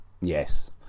Yes